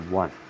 one